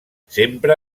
sempre